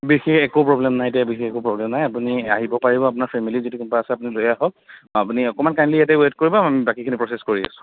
বিশেষ একো প্ৰব্লেম নাই বিশেষ প্ৰব্লেম নাই আপুনি আহিব পাৰিব আপোনাৰ ফেমিলিত যদি কোনোবা আছে আপুনি লৈ আহক আপুনি অকণমান কাইণ্ডলি ইয়াতে ওৱেত কৰিব আমি বাকীখিনি প্ৰচেছ কৰি আছো